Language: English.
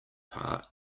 part